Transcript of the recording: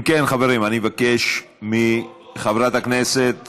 אם כן, חברים, אבקש מחברת הכנסת